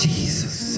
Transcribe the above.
Jesus